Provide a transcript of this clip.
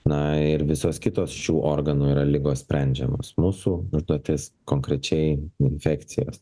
na ir visos kitos šių organų yra ligos sprendžiamos mūsų užduotis konkrečiai infekcijos